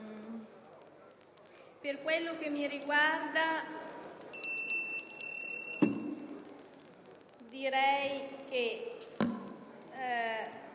Per quello che mi riguarda, direi che